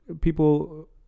people